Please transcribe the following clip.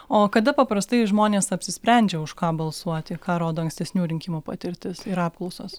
o kada paprastai žmonės apsisprendžia už ką balsuoti ką rodo ankstesnių rinkimų patirtis ir apklausos